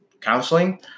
counseling